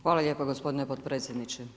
Hvala lijepo gospodine potpredsjedniče.